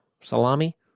salami